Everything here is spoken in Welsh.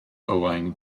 owain